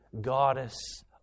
goddess